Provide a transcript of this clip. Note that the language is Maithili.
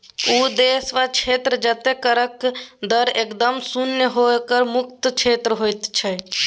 ओ देश वा क्षेत्र जतय करक दर एकदम शुन्य होए कर मुक्त क्षेत्र होइत छै